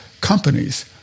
companies